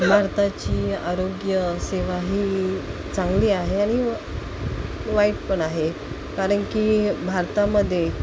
भारताची आरोग्य सेवा ही चांगली आहे आणि वाईट पण आहे कारण की भारतामध्ये